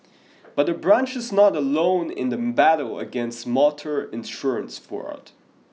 but the branch is not alone in the battle against motor insurance fraud